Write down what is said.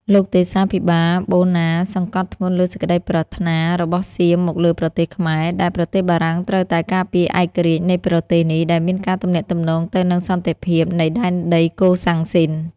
លោកទេសាភិបាល បូណាសង្កត់ធ្ងន់លើសេចក្ដីប្រាថ្នារបស់សៀមមកលើប្រទេសខ្មែរ ដែលប្រទេសបារាំងត្រូវតែការពារឯករាជ្យនៃប្រទេសនេះ ដែលមានការទំនាក់ទំនងទៅនឹងសន្តិភាពនៃដែនដីកូសាំងស៊ីន។